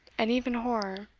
and even horror.